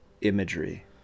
imagery